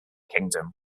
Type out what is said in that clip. kingdom